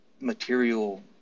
material